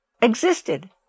existed